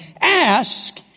Ask